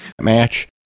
match